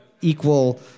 equal